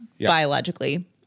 biologically